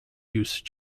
use